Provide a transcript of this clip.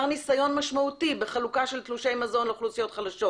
ניסיון משמעותי בחלוקה של תלושי מזון לאוכלוסיות חלשות.